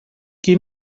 qui